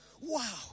Wow